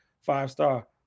five-star